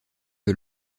que